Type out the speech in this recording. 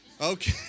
Okay